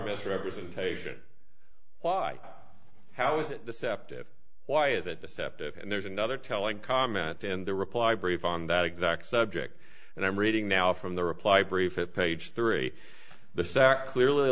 misrepresentation why how was it deceptive why is it deceptive and there's another telling comment in the reply brief on that exact subject and i'm reading now from the reply brief it page three the sack clearly